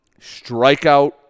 Strikeout